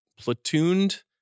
platooned